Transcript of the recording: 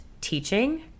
teaching